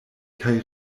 kaj